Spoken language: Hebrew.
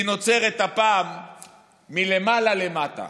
הם נוצרים הפעם מלמעלה למטה.